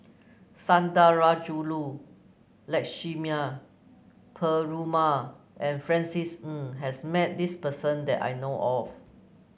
Sundarajulu Lakshmana Perumal and Francis Ng has met this person that I know of